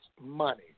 money